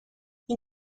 این